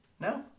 No